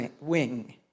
wing